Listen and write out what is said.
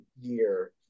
year